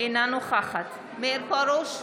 אינה נוכחת מאיר פרוש,